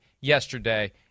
yesterday